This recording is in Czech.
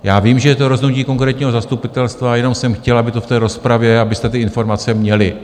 Já vím, že je to rozhodnutí konkrétního zastupitelstva, ale jenom jsem chtěl, aby to v té rozpravě, abyste ty informace měli.